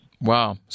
Wow